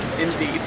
indeed